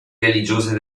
religiose